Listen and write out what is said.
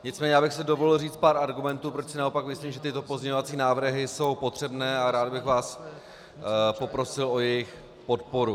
Nicméně já bych si dovolil říct pár argumentů, proč si naopak myslím, že tyto pozměňovací návrh jsou potřebné, a rád bych vás poprosil o jejich podporu.